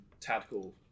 tactical